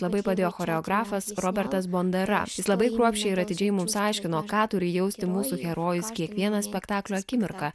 labai padėjo choreografas robertas bondara jis labai kruopščiai ir atidžiai mums aiškino ką turi jausti mūsų herojus kiekvieną spektaklio akimirką